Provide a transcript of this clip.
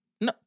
No